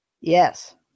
Yes